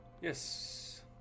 Yes